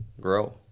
grow